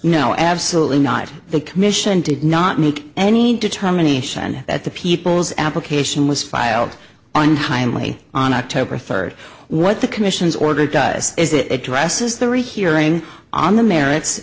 no absolutely not the commission did not make any determination that the people's application was filed untimely on october third what the commission's order does is it addresses the rehearing on the merits